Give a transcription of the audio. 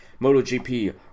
MotoGP